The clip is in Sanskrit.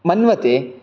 मन्वते